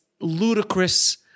ludicrous